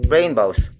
Rainbows